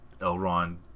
Elrond